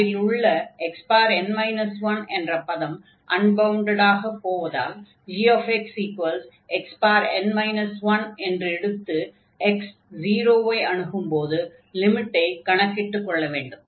அதில் உள்ள xn 1 என்ற பதம் அன்பவுண்டடாக போவதால் gxxn 1 என்று எடுத்து x 0 ஐ அணுகும்போது லிமிட்டை கணக்கிட்டுக் கொள்ள வேண்டும்